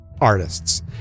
artists